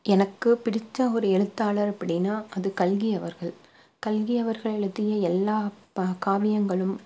எனக்கு பிடித்த ஒரு எழுத்தாளர் அப்படின்னா அது கல்கி அவர்கள் கல்கி அவர்கள் எழுதிய எல்லா பா காவியங்களும்